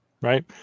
right